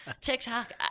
TikTok